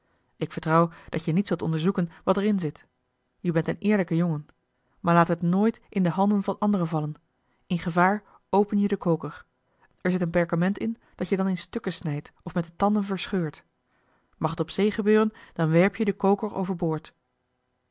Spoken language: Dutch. ik vertrouw dat je niet zult onderzoeken wat er in zit je bent een eerlijke jongen maar laat het nooit in de handen van anderen vallen in gevaar open je den koker er zit een perkament in dat je dan in stukken snijdt of met de tanden verscheurt mag het op zee gebeuren dan werp je den koker